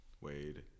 wade